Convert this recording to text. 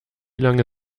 lange